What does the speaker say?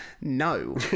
No